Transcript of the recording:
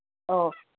ꯑꯧ